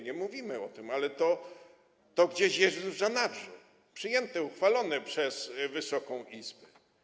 Nie mówimy o tym, ale to gdzieś jest już w zanadrzu, przyjęte, uchwalone przez Wysoką Izbę.